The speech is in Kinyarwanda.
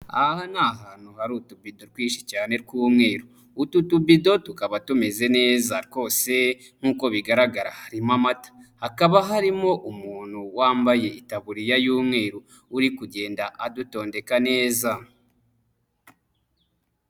Aha ni ahantu hari utubido twinshi cyane tw'umweru. Utu dubido tukaba tumeze neza twose, nk'uko bigaragara harimo amata. Hakaba harimo umuntu wambaye itaburiya y'umweru, urimo kugenda adutondeka neza.